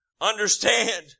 Understand